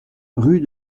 rue